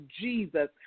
Jesus